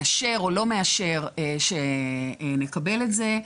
מאשר או לא מאשר שנקבל את זה.